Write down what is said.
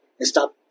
stop